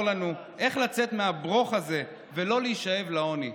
לנו לצאת מהברוך הזה ולא להישאב לעוני.